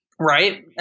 Right